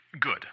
Good